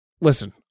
Listen